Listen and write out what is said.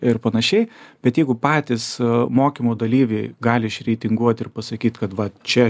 ir panašiai bet jeigu patys mokymų dalyviai gali išreitinguot ir pasakyt kad vat čia